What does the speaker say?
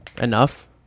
enough